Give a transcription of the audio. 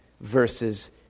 verses